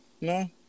No